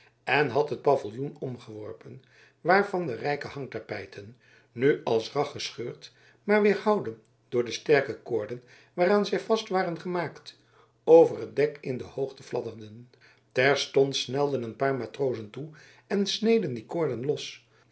en had het paviljoen omgeworpen waarvan de rijke hangtapijten nu als rag gescheurd maar weerhouden door de sterke koorden waaraan zij vast waren gemaakt over het dek in de hoogte fladderden terstond snelden een paar matrozen toe en sneden die koorden los